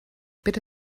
bitte